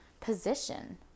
position